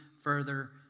further